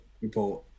report